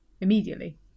immediately